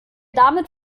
damit